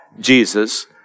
Jesus